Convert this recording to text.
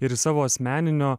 ir į savo asmeninio